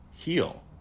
heal